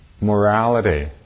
morality